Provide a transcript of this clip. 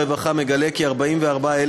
הרווחה והשירותים החברתיים מגלה כי חמישית מ-44,000